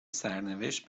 سرنوشت